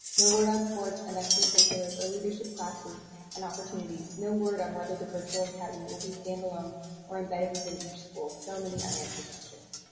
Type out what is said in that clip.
no word on sports and extracurriculars or leadership classes and opportunities. no word on whether the virtual academy will be standalone or embedded within each school. so many unanswered questions.